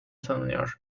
tanınıyor